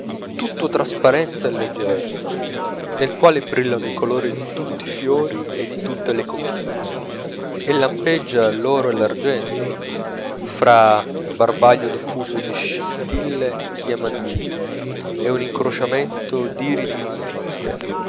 tutto trasparenza e leggerezza nel quale brillano i colori di tutti i fiori e di tutte le conchiglie e lampeggia l'oro e l'argento fra un barbaglio diffuso di scintille diamantine e un'incrociamento d'iridi infinite